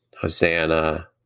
Hosanna